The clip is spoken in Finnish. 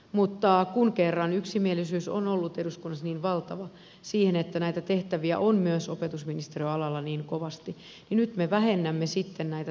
mutta kun kerran yksimielisyys on ollut eduskunnassa niin valtava siihen että näitä tehtäviä on myös opetusministeriön alalla niin kovasti niin nyt me vähennämme näitä tehtäviä